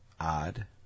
Odd